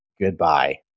Goodbye